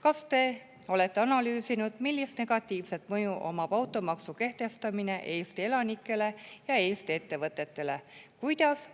Kas te olete analüüsinud, millist negatiivset mõju omab automaksu kehtestamine Eesti elanikele ja Eesti ettevõtetele? Kuidas